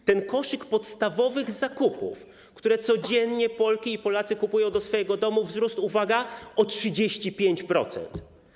Wartość koszyka podstawowych produktów, które codziennie Polki i Polacy kupują do swojego domu, wzrosła - uwaga - o 35%.